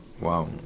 Wow